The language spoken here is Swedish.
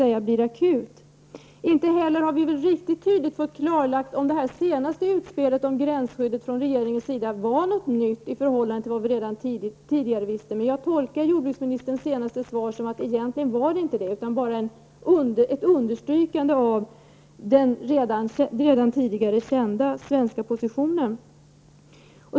Vi har vidare inte heller riktigt fått klarlagt om det senaste utspelet från regeringens sida om gränsskyddet innebar något nytt i förhållande till vad vi tidigare visste. Jag tolkar dock jordbruksministerns senaste besked så, att så egentligen inte är fallet, utan att det bara är ett understrykande av den redan tidigare kända svenska positionen.